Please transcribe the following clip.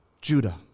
Judah